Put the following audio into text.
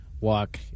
walk